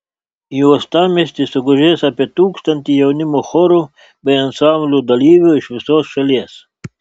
į uostamiestį sugužės apie tūkstantį jaunimo chorų bei ansamblių dalyvių iš visos šalies